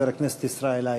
חבר הכנסת ישראל אייכלר.